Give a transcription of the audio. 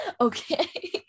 Okay